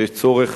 שיש צורך